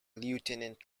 lieutenant